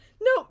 No